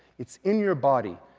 it's in your body,